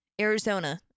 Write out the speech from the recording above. Arizona